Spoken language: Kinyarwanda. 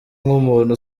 nk’umuntu